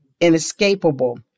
inescapable